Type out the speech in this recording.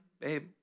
babe